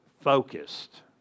focused